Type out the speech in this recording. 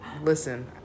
Listen